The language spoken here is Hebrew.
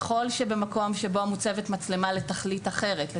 ככל שבמקום שבו מוצבת מצלמה לתכלית אחרת,